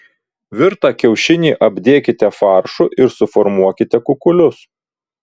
virtą kiaušinį apdėkite faršu ir suformuokite kukulius